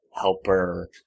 helper